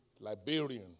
Liberian